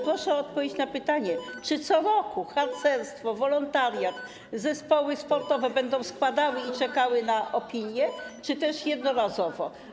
Proszę o odpowiedź na pytanie, czy co roku harcerstwo, wolontariat, zespoły sportowe będą składały wnioski i czekały na opinię, czy też jednorazowo.